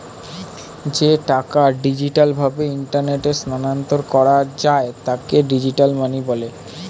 যে টাকা ডিজিটাল ভাবে ইন্টারনেটে স্থানান্তর করা যায় তাকে ডিজিটাল মানি বলে